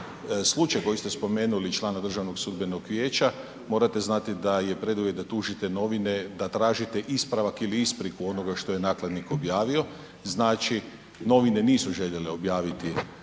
Slučaj koji ste spomenuli člana DSV-a morate znati da je preduvjet da tužite novine, da tražite ispravak ili ispriku onoga što je nakladnik objavio, znači novine nisu željele objaviti